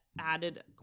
added